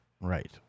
Right